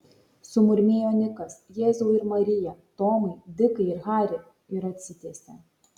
sumurmėjo nikas jėzau ir marija tomai dikai ir hari ir atsitiesė